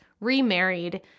remarried